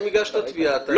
אם הגשת תביעה, אתה יכול.